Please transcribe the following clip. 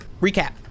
Recap